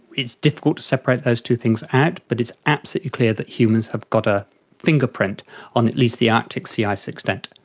it's difficult to separate those two things out, but it's absolutely clear that humans have got a fingerprint on at least the arctic sea ice extent.